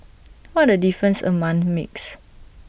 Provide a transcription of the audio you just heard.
what A difference A month makes